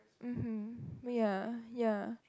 mmhmm ya ya